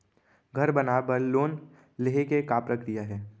घर बनाये बर लोन लेहे के का प्रक्रिया हे?